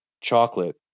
chocolate